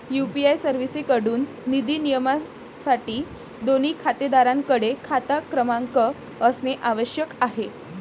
UPI सर्व्हिसेसएकडून निधी नियमनासाठी, दोन्ही खातेधारकांकडे खाता क्रमांक असणे आवश्यक आहे